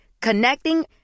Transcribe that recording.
Connecting